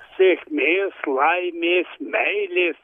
sėkmės laimės meilės